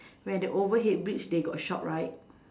where the overhead bridge they got shop right